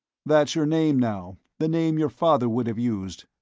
that's your name now, the name your father would have used.